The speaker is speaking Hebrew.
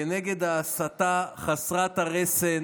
כנגד ההסתה חסרת הרסן